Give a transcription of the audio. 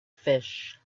fish